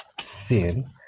sin